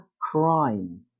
crime